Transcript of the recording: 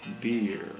beer